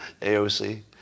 AOC